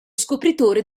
scopritore